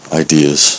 ideas